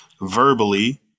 verbally